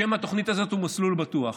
שם התוכנית הזאת הוא מסלול בטוח.